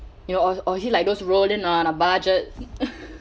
you know or or he like those roll in on a budget